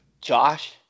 Josh